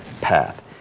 path